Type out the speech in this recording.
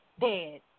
dead